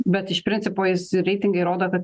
bet iš principo visi reitingai rodo kad